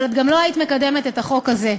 אבל גם לא היית מקדמת את החוק הזה.